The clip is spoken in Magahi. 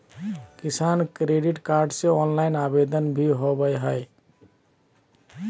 किसान क्रेडिट कार्ड ले ऑनलाइन आवेदन भी होबय हय